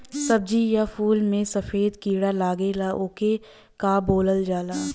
सब्ज़ी या फुल में सफेद कीड़ा लगेला ओके का बोलल जाला?